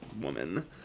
woman